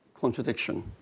contradiction